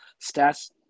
stats